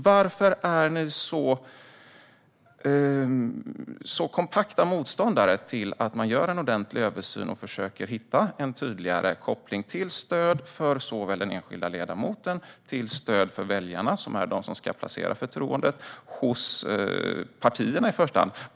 Varför är ni så kompakta motståndare till att man gör en ordentlig översyn och försöker hitta en tydligare koppling, till stöd för både den enskilda ledamoten och väljarna, som i första hand ska placera förtroendet hos partierna?